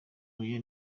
oya